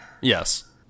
Yes